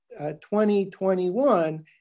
2021